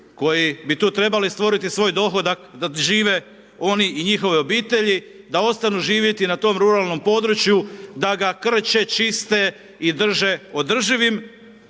koji bi tu trebali stvoriti svoj dohodak da žive oni i njihove obitelji, da ostanu živjeti na tom ruralnom području, da ga krče, čiste i drže održivim,